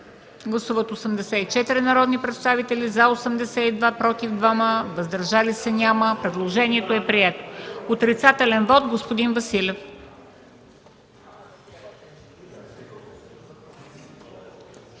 Гласували 84 народни представители: за 82, против 2, въздържали се няма. Предложението е прието. Отрицателен вот – господин Василев.